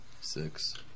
Six